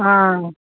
हँ